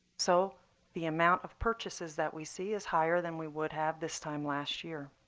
so the amount of purchases that we see is higher than we would have this time last year.